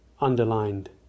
underlined